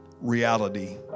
reality